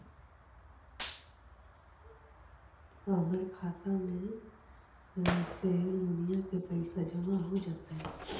हमर खातबा में से लोनिया के पैसा जामा हो जैतय?